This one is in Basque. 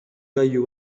gailu